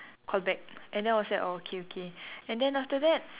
call back and then I was like orh okay okay and then after that